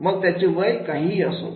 मग त्याचे वय काहीही असो